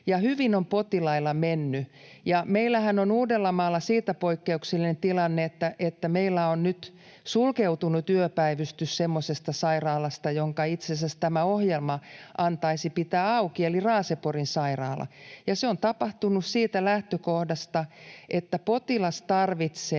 hyvin on potilailla mennyt. Meillähän on Uudellamaalla siitä poikkeuksellinen tilanne, että meillä on nyt sulkeutunut yöpäivystys semmoisesta sairaalasta, jonka itse asiassa tämä ohjelma antaisi pitää auki, eli Raaseporin sairaala. Se on tapahtunut siitä lähtökohdasta, että potilas nimenomaan